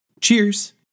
Cheers